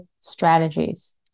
strategies